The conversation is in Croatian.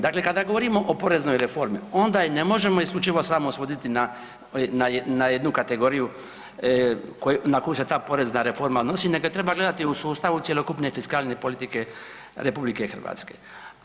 Dakle, kada govorimo o poreznoj reformi onda je ne možemo isključivo samo svoditi na jednu kategoriju na koju se ta porezna reforma odnosi, nego je treba gledati u sustavu cjelokupne fiskalne politike Republike Hrvatske.